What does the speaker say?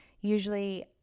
usually